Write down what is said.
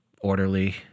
orderly